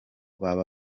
baba